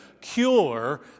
cure